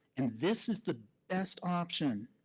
and this is the best option.